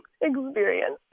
experience